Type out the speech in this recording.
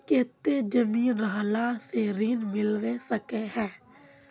केते जमीन रहला से ऋण मिलबे सके है?